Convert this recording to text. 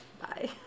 Bye